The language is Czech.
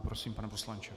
Prosím, pane poslanče.